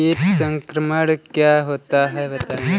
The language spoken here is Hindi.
कीट संक्रमण क्या होता है बताएँ?